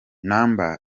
number